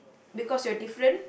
because you're different